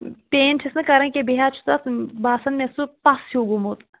PAN چھَس نہٕ کَران کیٚنٛہہ بیٚیہِ حظ چھِ تتھ باسان مےٚ سُہ پَس ہیٛوٗ گوٚمُت